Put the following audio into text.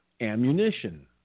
ammunition